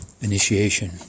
initiation